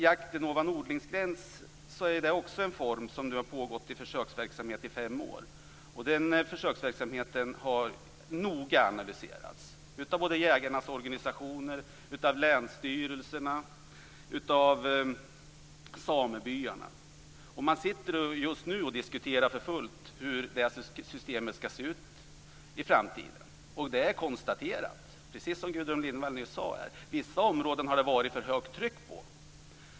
Jakten ovan odlingsgräns är också en form av försöksverksamhet som nu har pågått i i fem år. Den försöksverksamheten har noggrant analyserats av jägarnas organisationer, av länsstyrelserna och av samebyarna. Man sitter just nu och diskuterar för fullt hur systemet skall se ut i framtiden. Det är konstaterat, precis som Gudrun Lindvall nyss sade här, att det har varit för högt tryck på vissa områden.